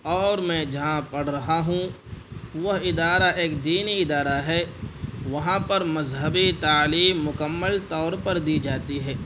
اور میں جہاں پڑھ رہا ہوں وہ ادارہ ایک دینی ادارہ ہے وہاں پر مذہبی تعلیم مکمل طور پر دی جاتی ہے